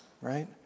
right